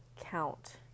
count